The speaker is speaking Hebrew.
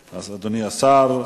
והבטיחות בדרכים ביום כ"ט בכסלו התש"ע (16 בדצמבר 2009):